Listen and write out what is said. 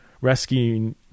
rescuing